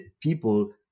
people